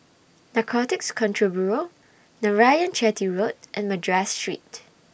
Narcotics Control Bureau Narayanan Chetty Road and Madras Street